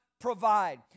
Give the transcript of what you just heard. provide